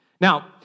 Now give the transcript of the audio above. Now